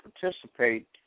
participate